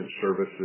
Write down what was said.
services